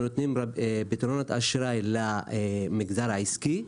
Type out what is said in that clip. אנחנו נותנים פתרונות אשראי למגזר העסקי,